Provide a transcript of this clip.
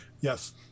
yes